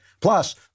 Plus